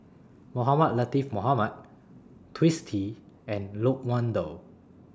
Mohamed Latiff Mohamed Twisstii and Loke Wan Tho